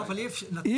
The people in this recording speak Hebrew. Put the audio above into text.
לא, אבל אי אפשר.